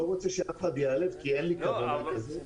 לא רוצה שאף אחד ייעלב כי אין לי כוונה כזאת.